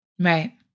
Right